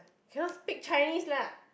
cannot speak Chinese lah